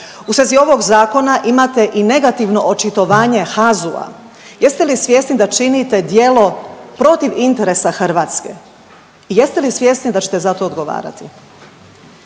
U svezi ovog zakona imate i negativno očitovanje HAZU-a. Jeste li svjesni da činite djelo protiv interesa Hrvatska? I jeste li svjesni da ćete za to odgovarati?